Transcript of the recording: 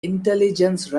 intelligence